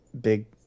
big